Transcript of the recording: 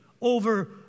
over